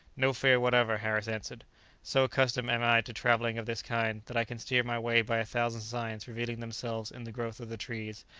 no fear whatever, harris answered so accustomed am i to travelling of this kind, that i can steer my way by a thousand signs revealing themselves in the growth of the trees,